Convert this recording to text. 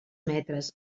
metres